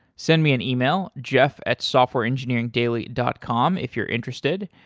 send me an email, jeff at softwareengineeringdaily dot com if you're interested.